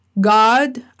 God